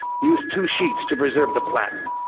use two sheets to preserve the plate. and